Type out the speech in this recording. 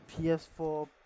PS4